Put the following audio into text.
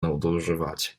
nadużywać